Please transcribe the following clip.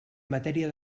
matèria